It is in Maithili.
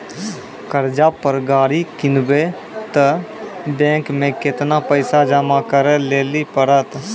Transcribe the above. कर्जा पर गाड़ी किनबै तऽ बैंक मे केतना पैसा जमा करे लेली पड़त?